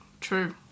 True